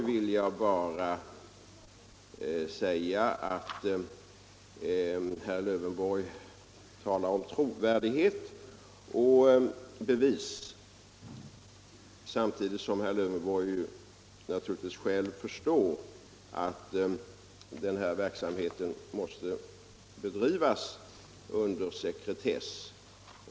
Sedan talade herr Lövenborg om trovärdighet och bevis, men herr Lövenborg förstår givetvis själv att denna verksamhet måste bedrivas under sekretess.